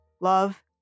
Love